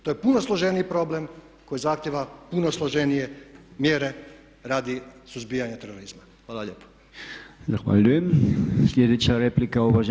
To je puno složeniji problem koji zahtjeva puno složenije mjere radi suzbijanja terorizma.